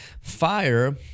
fire